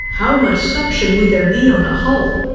how much suction would there be on the hull?